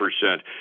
percent